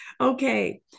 Okay